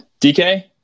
DK